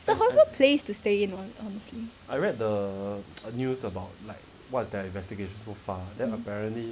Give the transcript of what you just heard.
it's a horrible place to stay in one oh sorry